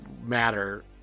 matter